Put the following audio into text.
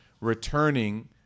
returning